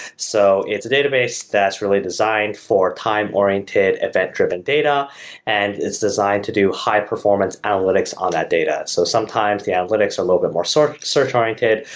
so it's a database that's really designed for time oriented event-driven data and it's designed to do high performance analytics on that data. so sometimes the analytics are a little bit more sort of search oriented,